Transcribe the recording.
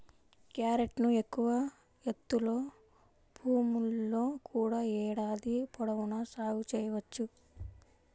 క్యారెట్ను ఎక్కువ ఎత్తులో భూముల్లో కూడా ఏడాది పొడవునా సాగు చేయవచ్చు